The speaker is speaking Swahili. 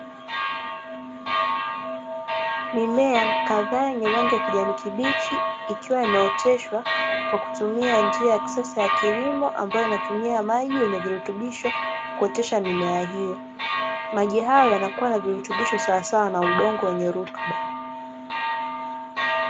Mimea kadhaa yenye rangi ya kijani kibichi, ikiwa imeoteshwa kwa kutumia njia ya kisasa ya kilimo ambayo inatumia maji yenye virutubisho kuotesha mimea hiyo, maji haya yanakua na virutubisho sawa na udongo wenye rutuba.